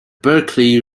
berkeley